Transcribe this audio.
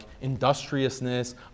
industriousness